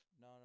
No